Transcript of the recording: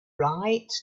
right